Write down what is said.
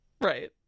Right